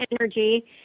energy